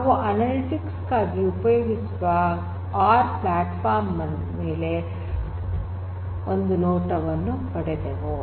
ನಾವು ಅನಲಿಟಿಕ್ಸ್ ಗಾಗಿ ಉಪಯೋಗಿಸುವ ಆರ್ ಪ್ಲಾಟ್ ಫಾರಂ ಮೇಲೆ ಒಂದು ನೋಟವನ್ನು ಪಡೆದೆವು